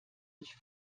sich